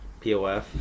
POF